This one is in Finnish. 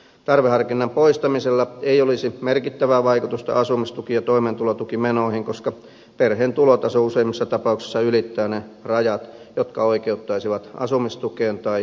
tarveharkinnan poistamisella ei olisi merkittävää vaikutusta asumistuki ja toimeentulotukimenoihin koska perheen tulotaso useimmissa tapauksissa ylittää ne rajat jotka oikeuttaisivat asumistukeen tai toimeentulotukeen